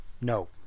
No